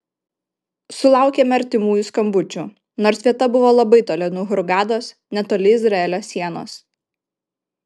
sulaukėme artimųjų skambučių nors vieta buvo labai toli nuo hurgados netoli izraelio sienos